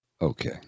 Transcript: Okay